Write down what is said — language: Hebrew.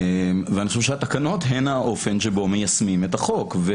אני חושב שהתקנות הן האופן שבו מיישמים את החוק.